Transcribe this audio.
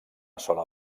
sola